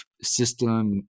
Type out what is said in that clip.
system